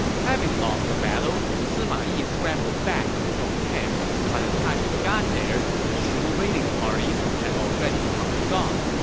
having lost the battle, sima yi scrambled back to his own camp. by the time he got there, the shu raiding parties had already come and gone.